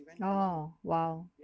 oh !wow!